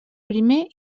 primer